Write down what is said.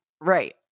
Right